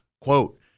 Quote